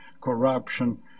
corruption